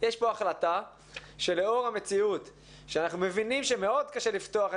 יש פה החלטה שלאור המציאות שאנחנו מבינים שמאוד קשה לפתוח,